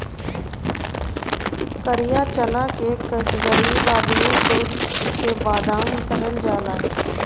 करिया चना के गरीब आदमी कुल के बादाम कहल जाला